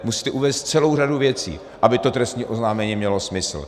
Musíte uvést celou řadu věcí, aby to trestní oznámení mělo smysl.